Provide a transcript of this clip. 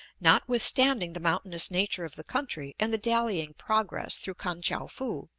notwithstanding the mountainous nature of the country and the dallying progress through kan-tchou-foo,